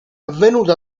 avvenuta